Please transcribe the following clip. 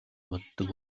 боддог